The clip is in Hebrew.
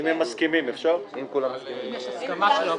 ההצעה התקבלה.